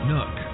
Nook